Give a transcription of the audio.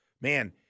Man